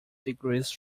degrees